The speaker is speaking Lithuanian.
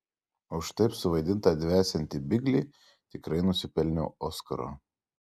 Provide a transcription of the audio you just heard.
už taip suvaidintą dvesiantį biglį tikrai nusipelniau oskaro